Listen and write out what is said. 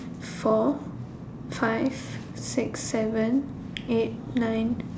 four five six seven eight nine